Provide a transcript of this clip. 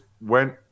went